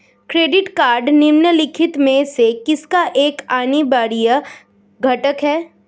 Credit card निम्नलिखित में से किसका एक अनिवार्य घटक है?